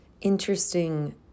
interesting